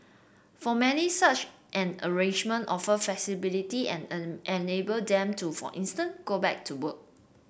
for many such an arrangement offer flexibility and an enable them to for instance go back to work